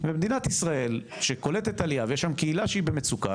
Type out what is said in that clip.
ומדינת ישראל שקולטת עלייה ויש שם קהילה שהיא במצוקה,